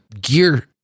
gear